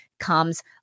comes